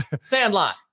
Sandlot